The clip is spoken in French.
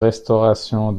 restauration